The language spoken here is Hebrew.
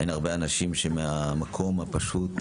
אין הרבה אנשים שמהמקום הפשוט והדל,